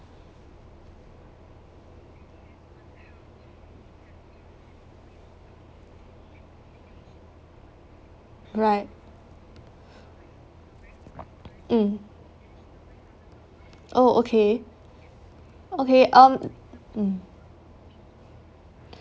right mm oh okay okay um mm